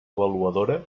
avaluadora